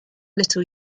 little